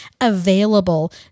available